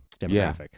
demographic